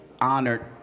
honored